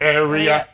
area